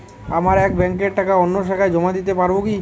আমার এক ব্যাঙ্কের টাকা অন্য শাখায় জমা দিতে পারব কি?